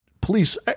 police